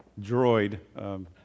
Droid